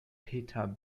peter